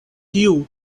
tiu